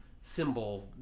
symbol